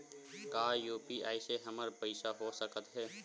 का यू.पी.आई से हमर पईसा हो सकत हे?